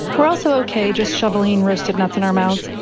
we're also okay just shoveling roasted nuts in our mouth,